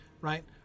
right